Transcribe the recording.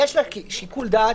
יש לה שיקול דעת.